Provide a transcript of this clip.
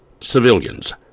civilians